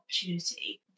opportunity